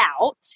out